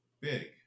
Big